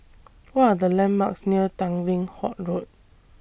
What Are The landmarks near Tanglin Halt Road